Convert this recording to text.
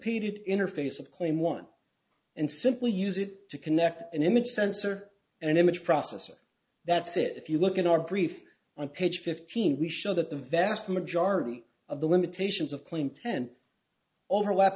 painted interface a claim one and simply use it to connect an image sensor and image processor that's it if you look at our brief on page fifteen we show that the vast majority of the limitations of claim ten overlap